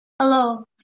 Hello